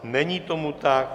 Není tomu tak.